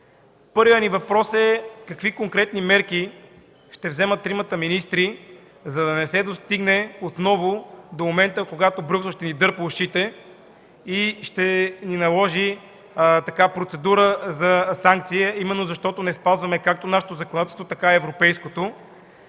ни общество, е: какви конкретни мерки ще вземат тримата министри, за да не се стигне отново до момент, в който Брюксел ще ни дърпа ушите и ще ни наложи процедура за санкция, именно защото не спазваме както нашето законодателство, така и европейското?